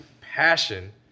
passion